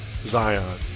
Zion